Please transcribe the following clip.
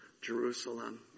Jerusalem